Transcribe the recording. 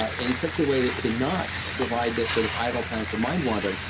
ah in such a way as to not provide the sort of idle time for mindwandering,